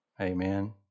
Amen